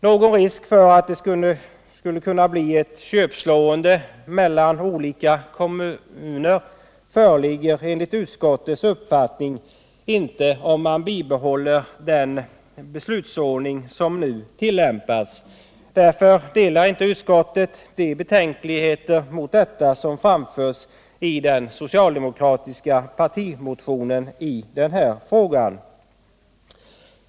Någon risk för att det skulle kunna bli ett köpslående mellan olika kommuner föreligger enligt utskottets uppfattning inte om man bibehåller den beslutsordning som nu tillämpas. Därför delar inte utskottet de betänkligheter mot detta som framförs i den socialdemokratiska partimotionen i denna fråga.